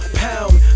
pound